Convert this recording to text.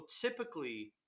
typically –